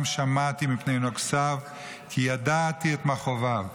שמעתי מפני נֹגְשָׂיו כי ידעתי את מכאביו".